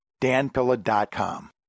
danpilla.com